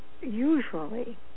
usually